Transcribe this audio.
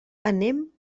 anem